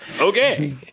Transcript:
Okay